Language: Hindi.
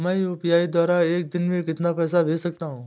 मैं यू.पी.आई द्वारा एक दिन में कितना पैसा भेज सकता हूँ?